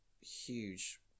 huge